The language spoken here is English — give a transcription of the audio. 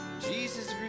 Jesus